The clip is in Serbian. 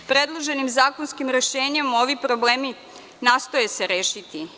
Predloženim zakonskim rešenjem ovi problemi nastoje se rešiti.